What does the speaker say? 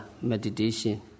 meditation